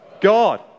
God